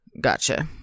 Gotcha